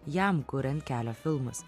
jam kuriant kelio filmus